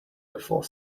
before